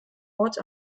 ort